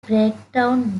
breakdown